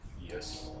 Yes